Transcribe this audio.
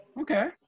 Okay